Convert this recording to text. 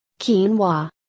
quinoa